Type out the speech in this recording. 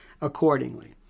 accordingly